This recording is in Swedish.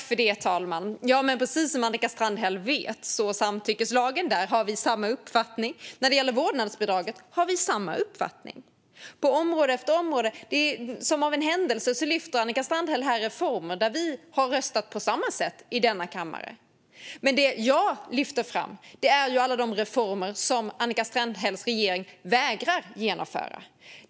Fru talman! Som Annika Strandhäll vet har vi samma uppfattning om samtyckeslagen och vårdnadsbidraget. Som av en händelse lyfter Annika Strandhäll fram reformer där vi har röstat på samma sätt i kammaren. Men det jag lyfter fram är alla de reformer som Annika Strandhälls regering vägrar att genomföra.